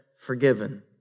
forgiven